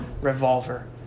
revolver